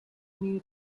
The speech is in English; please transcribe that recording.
new